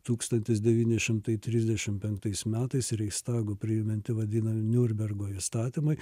tūkstantis devni šimtai trisdešimt penktais metais reichstago priimanti vadinami niurnbergo įstatymai